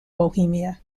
bohemia